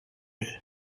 үһү